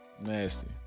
Nasty